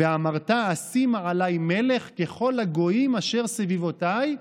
"ואמרת אשימה עלי מלך ככל הגויים אשר סביבתי,